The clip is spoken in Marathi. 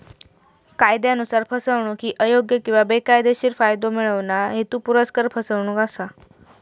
कायदयानुसार, फसवणूक ही अयोग्य किंवा बेकायदेशीर फायदो मिळवणा, हेतुपुरस्सर फसवणूक असा